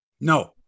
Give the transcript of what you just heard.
No